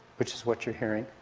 which is what you're hearing.